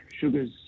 Sugars